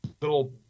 little